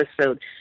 episode